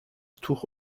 tour